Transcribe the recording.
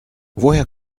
woher